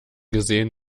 gesehen